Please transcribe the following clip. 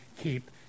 keep